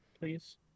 please